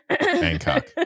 Bangkok